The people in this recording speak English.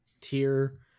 tier